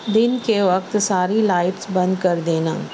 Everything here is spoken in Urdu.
دن کے وقت ساری لائٹس بند کر دینا